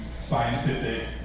scientific